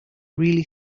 really